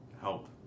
help